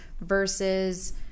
versus